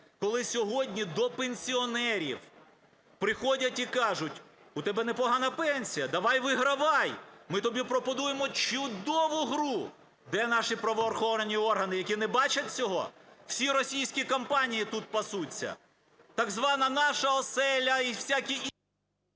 Коли сьогодні до пенсіонерів приходять і кажуть: "У тебе непогана пенсія, давай вигравай, ми тобі пропонуємо чудову гру". Де наші правоохоронні органи, які не бачать цього? Всі російські компанії тут пасуться. Так звана "Наша оселя" і всякі інші…